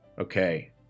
Okay